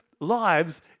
lives